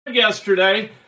yesterday